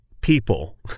people